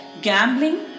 gambling